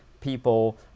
people